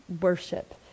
worship